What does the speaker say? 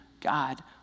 God